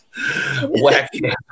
Wacky